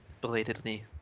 belatedly